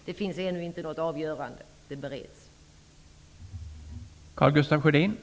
Det finns ännu inte något avgörande, utan detta ärende bereds.